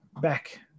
back